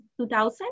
2000